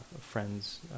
friends